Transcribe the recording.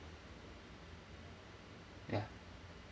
ya